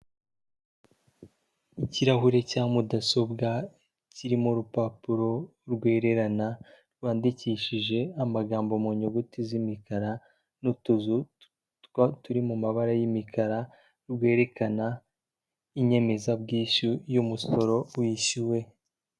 Ikirahure cya mudasobwa kirimo urupapuro rwererana, rwandikishije amagambo mu nyuguti z'imikara n'utuzu turi mu mabara y'imikara, rwerekana inyemezabwishyu y'umusoro wishyuwe.